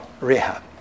Rehab